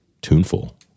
tuneful